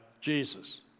Jesus